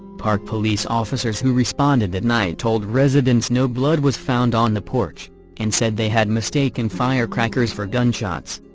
park police officers who responded that night told residents no blood was found on the porch and said they had mistaken firecrackers for gunshots.